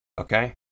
Okay